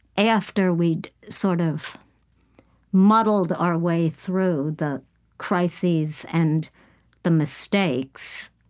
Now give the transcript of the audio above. after we'd sort of muddled our way through the crises and the mistakes,